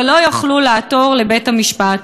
ולא יוכלו לעתור לבית-המשפט.